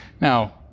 Now